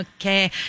Okay